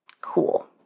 Cool